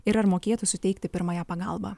ir ar mokėtų suteikti pirmąją pagalbą